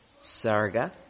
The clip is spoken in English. sarga